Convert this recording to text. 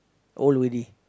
old already